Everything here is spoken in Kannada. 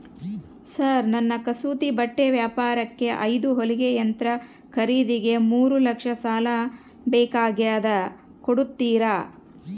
ಸರ್ ನನ್ನ ಕಸೂತಿ ಬಟ್ಟೆ ವ್ಯಾಪಾರಕ್ಕೆ ಐದು ಹೊಲಿಗೆ ಯಂತ್ರ ಖರೇದಿಗೆ ಮೂರು ಲಕ್ಷ ಸಾಲ ಬೇಕಾಗ್ಯದ ಕೊಡುತ್ತೇರಾ?